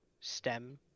stem